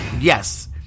Yes